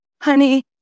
honey